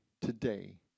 today